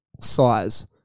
size